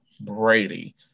Brady